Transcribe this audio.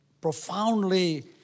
profoundly